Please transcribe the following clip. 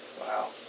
Wow